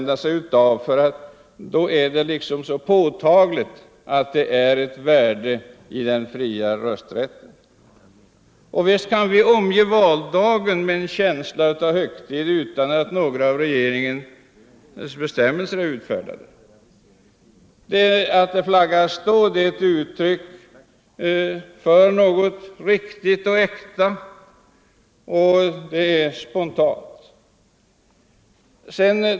Då är det så påtagligt att det är ett värde i den fria rösträtten. Visst kan vi omge valdagen med en känsla av högtid utan några regeringsbestämmelser. Att det flaggas då är ett uttryck för något riktigt och äkta. Och det är spontant.